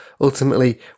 ultimately